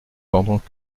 pendant